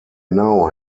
now